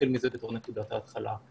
מזה בתור נקודת התחלה.